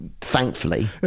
thankfully